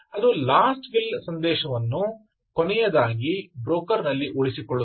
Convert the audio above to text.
ಅದು last will ಸಂದೇಶವನ್ನು ಕೊನೆಯದಾಗಿ ಬ್ರೋಕರ್ ನಲ್ಲಿ ಉಳಿಸಿಕೊಳ್ಳುತ್ತದೆ